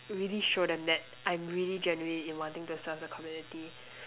really show them that I'm really genuine in wanting to serve the community